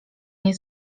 nie